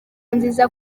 nziza